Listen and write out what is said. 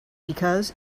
because